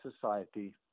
society